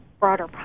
broader